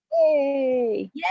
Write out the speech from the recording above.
Yay